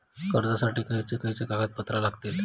कर्जासाठी खयचे खयचे कागदपत्रा लागतली?